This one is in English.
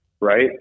Right